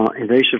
invasive